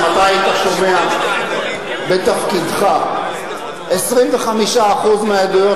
אם אתה היית שומע בתפקידך 25% מהעדויות